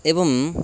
एवम्